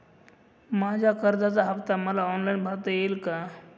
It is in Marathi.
माझ्या कर्जाचा हफ्ता मला ऑनलाईन भरता येईल का?